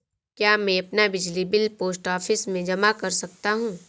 क्या मैं अपना बिजली बिल पोस्ट ऑफिस में जमा कर सकता हूँ?